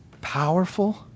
powerful